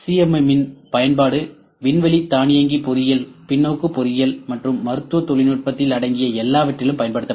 M இன் பயன்பாடு விண்வெளி தானியங்கி பொறியியல் பின்னோக்கு பொறியியல் மற்றும் மருத்துவ தொழில்நுட்பத்தில் ஆகிய எல்லாவற்றிலும் பயன்படுத்தப்படுகிறது